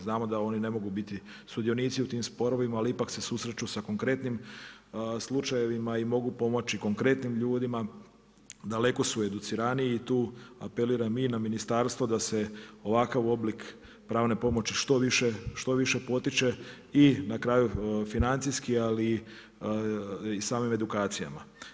Znamo da oni ne mogu biti sudionici u tim sporovima, ali ipak se susreću sa konkretnim slučajevima i mogu pomoći konkretnim ljudima, daleko su educiraniji i tu apeliram i na ministarstvo da se ovakav oblik pravne pomoći što više potiče i na kraju financijski, ali i samim edukacijama.